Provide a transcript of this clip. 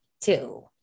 Two